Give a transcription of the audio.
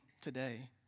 today